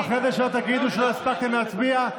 אחרי זה שלא תגידו שלא הספקתם להצביע.